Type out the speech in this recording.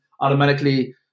automatically